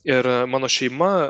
ir mano šeima